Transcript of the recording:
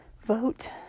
vote